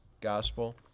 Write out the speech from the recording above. gospel